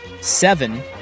seven